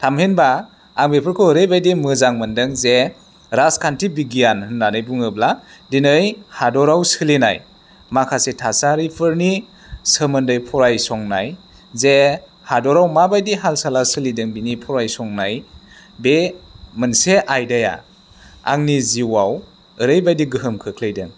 थामहिनबा आं बेफोरखौ ओरैबायदि मोजां मोनदों जे राजखान्थि बिगियान होन्नानै बुङोब्ला दिनै हादोराव सोलिनाय माखासे थासारिफोरनि सोमोन्दै फरायसंनाय जे हादोराव माबायदि हाल साला सोलिदों बेनि फरायसंनाय बे मोनसे आयदाया आंनि जिउआव ओरैबायदि गोहोम खोख्लैदों